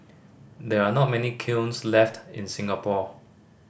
there are not many kilns left in Singapore